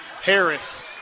Harris